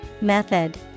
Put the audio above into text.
Method